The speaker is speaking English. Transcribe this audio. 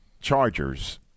Chargers